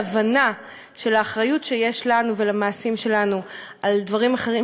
הבנה של האחריות שיש לנו ולמעשים שלנו על דברים אחרים